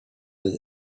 that